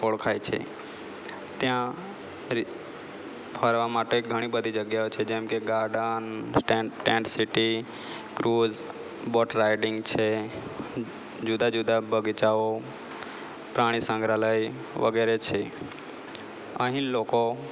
ઓળખાય છે ત્યાં રી ફરવા માટે ઘણી બધી જગ્યાઓ છે જેમ કે garden stamp tent city cruise boat riding છે જુદા જુદા બગીચાઓ પ્રાણી સંગ્રહાલય વગેરે છે અહીં લોકો